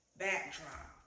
backdrop